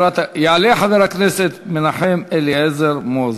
יעלה חבר הכנסת מנחם אליעזר מוזס.